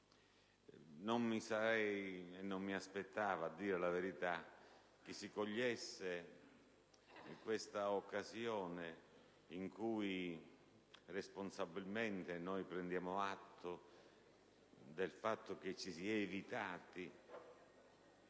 Non mi aspettavo, a dire la verità, che si cogliesse quest'occasione, in cui responsabilmente noi prendiamo atto del fatto che si sia evitato